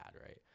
right